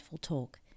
talk